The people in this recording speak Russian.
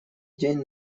день